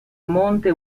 monte